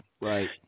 Right